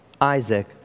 Isaac